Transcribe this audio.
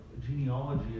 genealogy